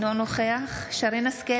אינו נוכח שרן מרים השכל,